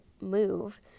move